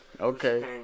Okay